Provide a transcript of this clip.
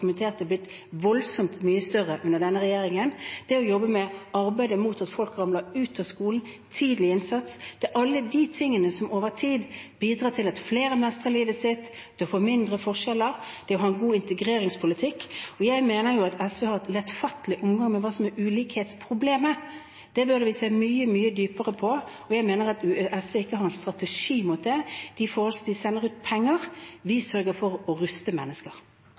er dokumentert er blitt voldsomt mye større under denne regjeringen – det er å jobbe med arbeidet mot at folk ramler ut av skolen, tidlig innsats. Det er alle disse tingene som over tid bidrar til at flere mestrer livet sitt. Det er å få mindre forskjeller, det er å ha en god integreringspolitikk. Jeg mener at SV har en lemfeldig omgang med hva som er ulikhetsproblemet, det burde vi se mye, mye dypere på. Jeg mener at SV ikke har en strategi mot det – de selger ut penger, vi sørger for å ruste mennesker.